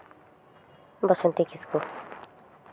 Basanti Kisku